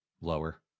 Lower